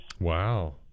Wow